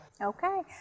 Okay